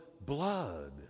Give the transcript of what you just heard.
blood